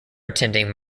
attending